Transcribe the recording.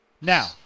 Now